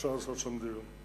ואפשר לעשות שם דיון.